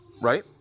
right